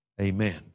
amen